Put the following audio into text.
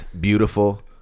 beautiful